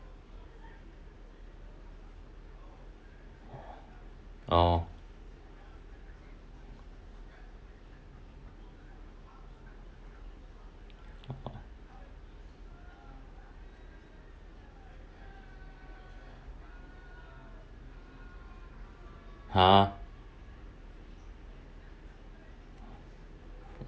oh !huh!